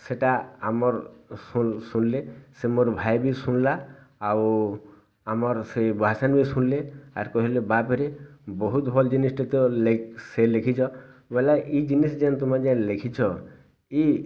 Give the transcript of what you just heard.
ସେଇଟା ଆମର୍ ଶୁନ୍ଲେ ସେ ମୋର୍ ଭାଇ ବି ଶୁନଲା ଆଉ ଆମର୍ ସେ ଭୁଆସେନ୍ ଭି ଶୁନ୍ଲେ ଆର୍ କହେଲେ ବାପ୍ ରେ ବହୁତ୍ ଭଲ୍ ଜିନିଷଟେ ତ ସେ ଲେଖିଛ ବୋଲେ ଇ ଜିନିଷ୍ ଯେନ୍ ତମେ ଯେନ୍ ଲେଖିଛ ଇ